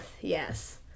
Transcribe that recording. Yes